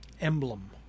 emblem